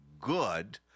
good